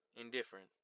indifferent